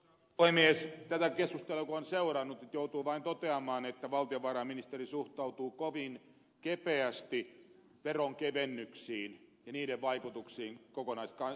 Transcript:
tätä keskustelua kun on seurannut niin nyt joutuu vain toteamaan että valtiovarainministeri suhtautuu kovin kepeästi veronkevennyksiin ja niiden vaikutuksiin kokonaisbudjettitalouteen